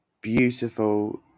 Beautiful